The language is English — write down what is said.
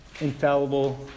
infallible